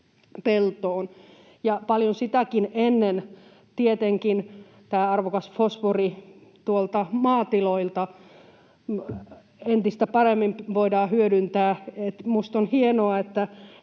peltoon. Ja paljon sitäkin ennen tietenkin tämä arvokas fosfori tuolta maatiloilta entistä paremmin voidaan hyödyntää, eli minusta on hienoa,